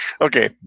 Okay